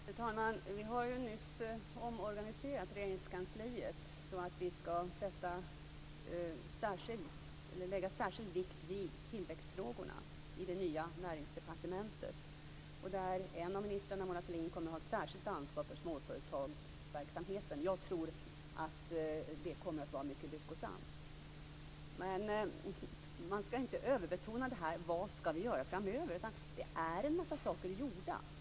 Fru talman! Vi har nyss omorganiserat Regeringskansliet så att särskilt vikt skall läggas vid tillväxtfrågorna i det nya näringsdepartementet. En av ministrarna, Mona Sahlin, kommer att ha ett särskilt ansvar för småföretagsverksamheten. Jag tror att det kommer att bli mycket lyckosamt. Man skall dock inte överbetona frågan vad vi skall göra framöver. Det är redan saker gjorda.